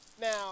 Now